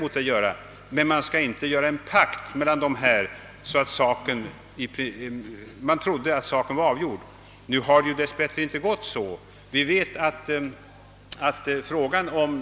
Men det skall inte ingås någon pakt mellan dessa organ som i faliet Vindelälven, där man trodde att saken var avgjord. Nu var det dess bättre inte så.